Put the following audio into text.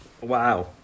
Wow